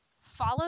Follow